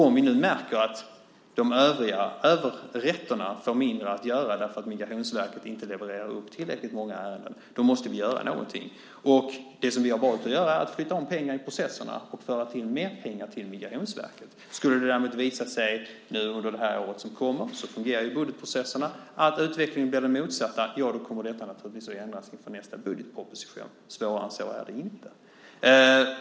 Om vi märker att de övriga överrätterna får mindre att göra därför att Migrationsverket inte överlämnar tillräckligt många ärenden dit, då måste vi göra någonting. Och det som vi har valt att göra är att flytta om pengar i processerna och föra över mer pengar till Migrationsverket. Om det däremot under det år som kommer - så fungerar ju budgetprocessen - skulle visa sig att utvecklingen blir den motsatta, då kommer detta naturligtvis att ändras inför nästa budgetproposition. Svårare än så är det inte.